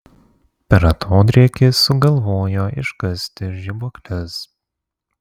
per atodrėkį sugalvojo iškasti žibuokles